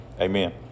Amen